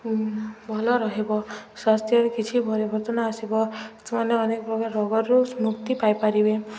ଭଲ ରହିବ ସ୍ୱାସ୍ଥ୍ୟରେ କିଛି ପରିବର୍ତ୍ତନ ଆସିବ ସେମାନେ ଅନେକ ପ୍ରକାର ରୋଗରୁ ମୁକ୍ତି ପାଇପାରିବେ